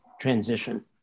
transition